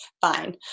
Fine